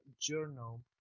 journal